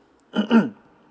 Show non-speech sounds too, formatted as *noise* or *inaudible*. *noise*